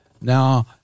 Now